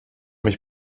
mich